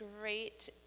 great